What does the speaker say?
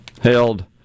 held